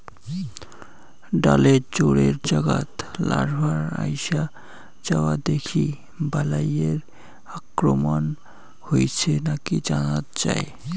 ডালের জোড়ের জাগাত লার্ভার আইসা যাওয়া দেখি বালাইয়ের আক্রমণ হইছে নাকি জানাত যাই